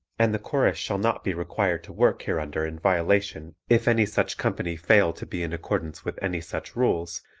and the chorus shall not be required to work hereunder in violation if any such company fail to be in accordance with any such rules,